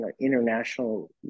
international